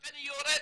לכן היא יורדת.